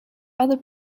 other